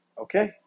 Okay